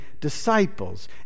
disciples